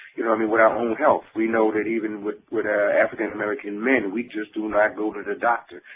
you know, i mean, with our own health. we know that even with with african american men, we just do not go to the doctor,